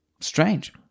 Strange